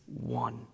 one